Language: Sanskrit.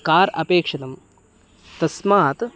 कार् अपेक्षितं तस्मात्